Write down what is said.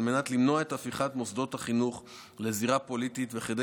על מנת למנוע את הפיכת מוסדות החינוך לזירה פוליטית וכדי